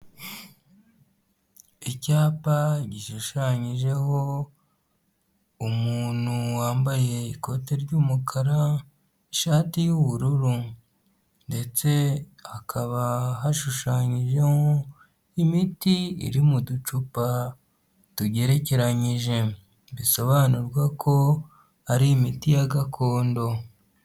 Icyapa gishushanyijeho umuntu wambaye ikote ry'umukara, ishati y'ubururu, ndetse hakaba hashushanyije imiti iri mu ducupa tugerekeranyije, bisobanurwa ko ari imiti ya gakondo.